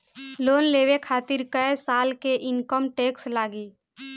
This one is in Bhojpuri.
लोन लेवे खातिर कै साल के इनकम टैक्स लागी?